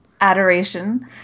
adoration